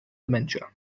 dementia